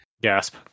Gasp